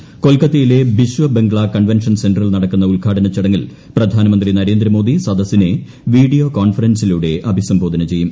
കൊൽക്കത്തയിൽ കൊൽക്കത്തയിലെ ബിശ്വ ബംഗ്ലാ കൺവെൻഷൻ സെന്ററിൽ നടക്കുന്ന ഉദ്ഘാടന ചടങ്ങിൽ പ്രധാനമന്ത്രി നരേന്ദ്രമോദി സദ്ദസ്സിനെ വീഡിയോ കോൺഫറൻസിലൂടെ അഭിസംബോധന ചെയ്യും